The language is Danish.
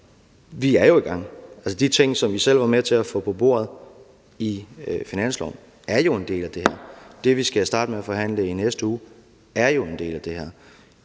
vi er jo i gang. De ting, som vi selv var med til at få på bordet i finansloven, er jo en del af det her. Det, vi skal starte med at forhandle om i næste uge, er jo en del af det her.